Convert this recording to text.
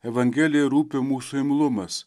evangelijoj rūpi mūsų imlumas